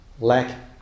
lack